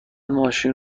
ماشین